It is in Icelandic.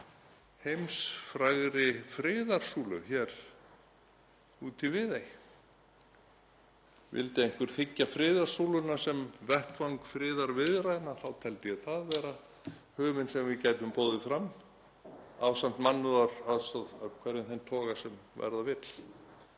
heimsfrægri friðarsúlu úti í Viðey. Vildi einhver þiggja friðarsúluna sem vettvang friðarviðræðna þá teldi ég það vera hugmynd sem við gætum boðið fram ásamt mannúðaraðstoð af hverjum þeim toga sem verða vill.